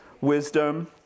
wisdom